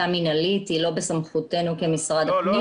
מסוימת שעניינה הכשרת המצב כפי שהיה בפועל.